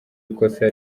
ikosa